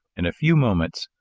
in a few moments,